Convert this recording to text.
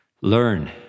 learn